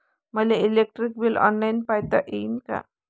मले electric bill online पायता येईन का?